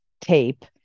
tape